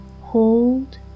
hold